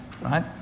right